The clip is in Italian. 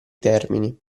termini